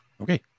Okay